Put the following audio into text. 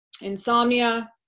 insomnia